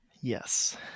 Yes